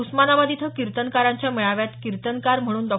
उस्मानाबाद इथं कीर्तनकारांच्या मेळाव्यात कीर्तनकार म्हणून डॉ